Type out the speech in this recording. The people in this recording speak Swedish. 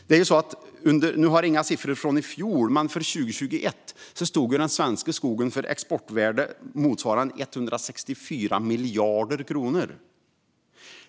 Nu har jag inga siffror från i fjol, men år 2021 stod den svenska skogen för ett exportvärde på motsvarande 164 miljarder kronor.